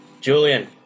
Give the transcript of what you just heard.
Julian